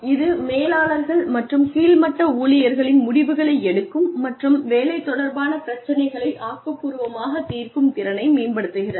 இது மேலாளர்கள் மற்றும் கீழ் மட்ட ஊழியர்களின் முடிவுகளை எடுக்கும் மற்றும் வேலை தொடர்பான பிரச்சினைகளை ஆக்கப்பூர்வமாகத் தீர்க்கும் திறனை மேம்படுத்துகிறது